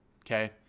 okay